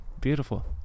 Beautiful